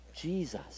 Jesus